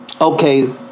Okay